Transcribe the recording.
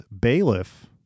bailiff